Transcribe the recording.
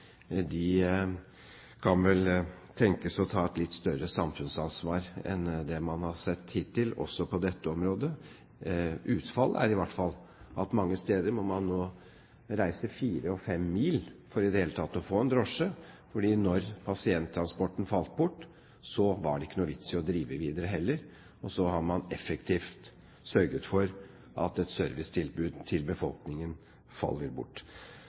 kan vel tenkes å ta et litt større samfunnsansvar enn det man har sett hittil, også på dette området. Utfallet er i hvert fall at mange steder må man nå reise fire og fem mil for i det hele tatt å få en drosje, for når pasienttransporten falt bort, var det ikke noen vits i å drive videre heller. Og så har man effektivt sørget for at et servicetilbud til befolkningen faller bort.